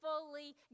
fully